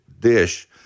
dish